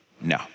No